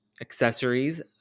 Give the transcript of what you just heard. accessories